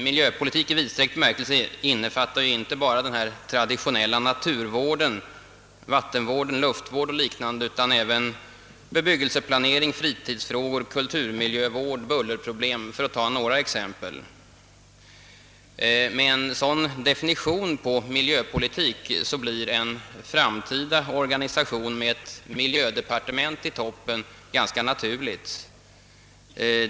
Miljöpolitik i vidsträckt bemärkelse innefattar inte bara traditionell naturvård, vattenvård, luftvård och liknande, utan även bebyggelseplanering, fritidsfrågor, kulturmiljövård och bullerproblem, för att ta några exempel. Med en sådan definition av miljöpolitiken blir en framtida organisation med ett miljödepartement i toppen ganska naturlig.